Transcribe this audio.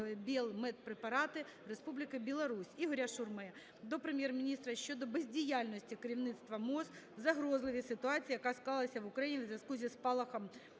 Бєлмедпрепарати, Республіка Білорусь). Ігоря Шурми до Прем'єр-міністра щодо бездіяльності керівництва МОЗ в загрозливій ситуації, яка склалася в Україні у зв'язку зі спалахом